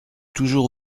toujours